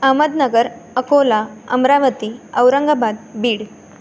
Ahmednagar Akola Amravati Aurangabad Beed